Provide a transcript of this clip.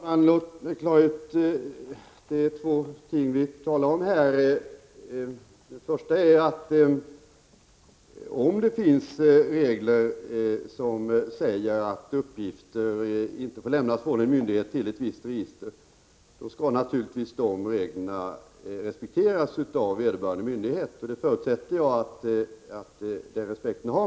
Herr talman! Låt mig klara ut att det är två ting vi talar om här. Det första är att om det finns regler som säger att uppgifter inte får lämnas ut från en myndighet till ett visst register så skall de reglerna naturligtvis respekteras av vederbörande myndighet. Jag förutsätter att man har den respekten.